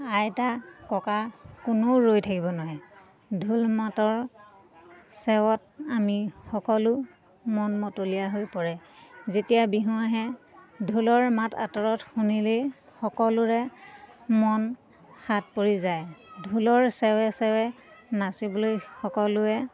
আইতা ককা কোনোও ৰৈ থাকিব নোৱাৰে ঢোল মাতৰ চেৱত আমি সকলো মন মতলীয়া হৈ পৰে যেতিয়া বিহু আহে ঢোলৰ মাত আঁতৰত শুনিলেই সকলোৰে মন হাত পৰি যায় ঢোলৰ চেৱে চেৱে নাচিবলৈ সকলোৱে